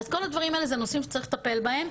אז כל הדברים האלה זה נושאים שצריך לטפל בהם.